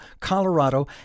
Colorado